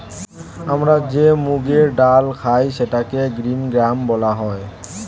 আমরা যে মুগের ডাল খাই সেটাকে গ্রীন গ্রাম বলা হয়